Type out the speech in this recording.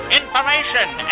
information